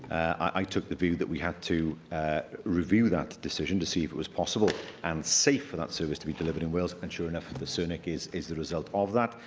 i took the view that we had to review that decision to see if it was possible and safe for that service to be delivered in wales, and sure enough, the surnicc is is the result of that.